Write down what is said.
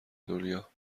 دنیا